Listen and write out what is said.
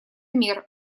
мер